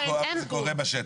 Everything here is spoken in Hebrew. לא, אבל זה קורה בשטח.